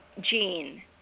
gene